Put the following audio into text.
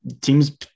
teams